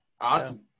Awesome